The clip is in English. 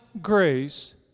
grace